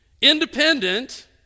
Independent